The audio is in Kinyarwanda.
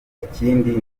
ikindi